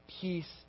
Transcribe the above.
peace